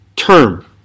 Term